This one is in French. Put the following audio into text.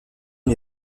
une